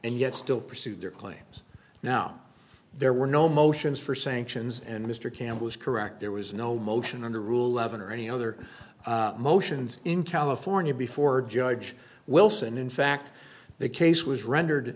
and yet still pursued their claims now there were no motions for sanctions and mr campbell is correct there was no motion under ruhleben or any other motions in california before judge wilson in fact the case was rendered